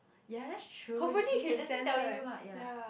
ya that's true he if he doesn't tell you lah ya